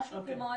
משהו כמו 25%,